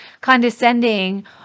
condescending